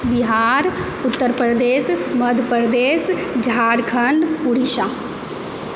Bihar Uttar Pradesh Madhya Pradesh Jharkhand Orissa